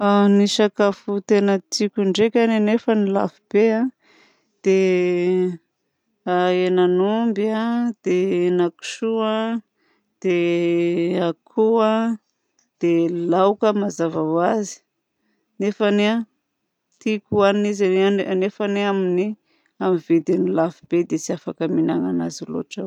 Ny sakafo tena tiako ndraika nefany lafobe dia henan'omby, dia henakisoa, dia akoho, dia laoka mazava ho azy nefany a tiako ohanina izy nefany a amin'ny vidiny lafobe dia tsy afaka mihinana anazy loatra aho.